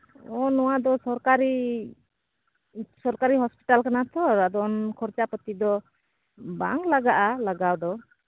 ᱚ ᱱᱚᱣᱟ ᱫᱚ ᱥᱚᱨᱠᱟᱨᱤ ᱥᱚᱨᱠᱟᱨᱤ ᱦᱚᱸᱥᱯᱤᱴᱟᱞ ᱠᱟᱱᱟ ᱛᱚ ᱟᱫᱚ ᱠᱷᱚᱨᱪᱟ ᱯᱟᱛᱤ ᱫᱚ ᱵᱟᱝ ᱞᱟᱜᱟᱜᱼᱟ ᱞᱟᱜᱟᱣ ᱫᱚ